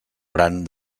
gran